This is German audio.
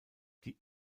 die